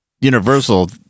Universal